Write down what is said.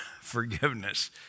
forgiveness